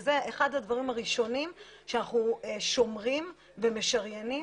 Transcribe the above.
זה אחד הדברים הראשונים שאנחנו שומרים ומשריינים,